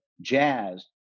jazz